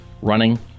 running